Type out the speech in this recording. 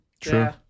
true